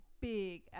big